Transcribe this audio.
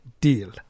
deal